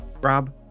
Rob